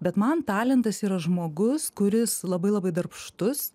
bet man talentas yra žmogus kuris labai labai darbštus